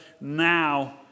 now